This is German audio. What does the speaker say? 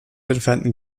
entfernten